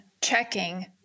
checking